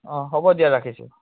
অঁ হ'ব দিয়া ৰাখিছোঁ